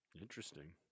Interesting